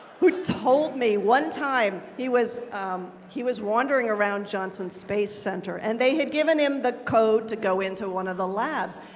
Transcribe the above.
who told me one time he was he was wandering around johnson space center, and they had given him the code to go into one of the labs,